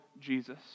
Jesus